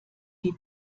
die